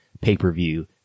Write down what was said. pay-per-view